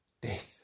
death